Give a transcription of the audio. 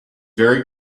very